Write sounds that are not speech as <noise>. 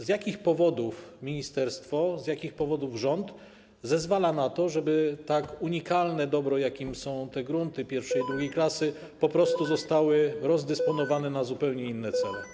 Z jakich powodów ministerstwo, z jakich powodów rząd zezwala na to, żeby tak unikalne dobro, jakim są te <noise> grunty I i II klasy po prostu zostały rozdysponowane na zupełnie inne cele?